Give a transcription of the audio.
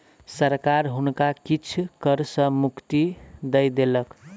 सरकार हुनका किछ कर सॅ मुक्ति दय देलक